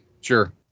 Sure